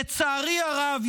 לצערי הרב,